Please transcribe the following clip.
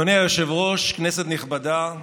אדוני היושב-ראש, כנסת נכבדה,